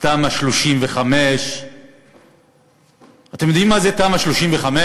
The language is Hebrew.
תמ"א 35. אתם יודעים מה זה תמ"א 35?